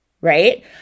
Right